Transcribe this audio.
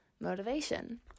motivation